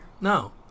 No